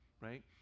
right